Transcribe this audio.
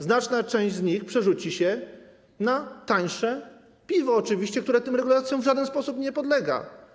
Znaczna część z nich przerzuci się na tańsze piwo, które tym regulacjom w żaden sposób nie podlega.